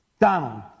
Donald